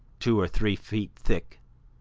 two or three feet thick,